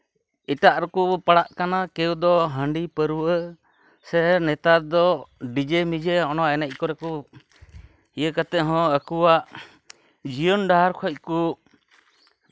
ᱮᱴᱟᱠ ᱨᱮᱠᱚ ᱯᱟᱲᱦᱟᱜ ᱠᱟᱱᱟ ᱠᱮᱣᱳ ᱫᱚ ᱦᱟᱺᱰᱤ ᱯᱟᱹᱣᱨᱟᱹ ᱥᱮ ᱱᱮᱛᱟᱨ ᱫᱚ ᱰᱤᱡᱮ ᱢᱤᱡᱮ ᱚᱱᱟ ᱮᱱᱮᱡ ᱠᱚᱨᱮ ᱠᱚ ᱤᱭᱟᱹ ᱠᱟᱛᱮᱜ ᱦᱚᱸ ᱟᱠᱚᱣᱟᱜ ᱡᱤᱭᱚᱱ ᱰᱟᱦᱟᱨ ᱠᱷᱚᱡ ᱠᱚ